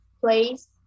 place